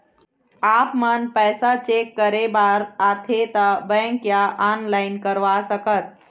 आपमन पैसा चेक करे बार आथे ता बैंक या ऑनलाइन करवा सकत?